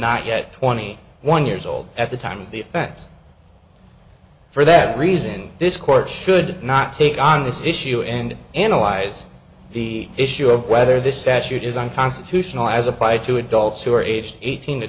not yet twenty one years old at the time of the offense for that reason this court should not take on this issue and analyze the issue of whether this statute is unconstitutional as applied to adults who are aged eighteen to